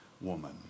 woman